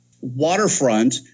waterfront